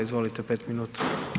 Izvolite 5 minuta.